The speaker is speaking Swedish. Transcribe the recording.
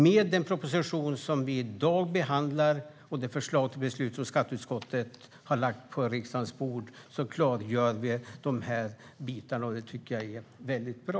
Med den proposition som vi i dag behandlar och det förslag till beslut som skatteutskottet har lagt på riksdagens bord klargör vi de här bitarna, och det tycker jag är väldigt bra.